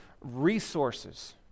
resources